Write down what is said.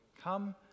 Come